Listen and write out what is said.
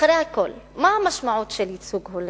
אחרי הכול, מה המשמעות של ייצוג הולם?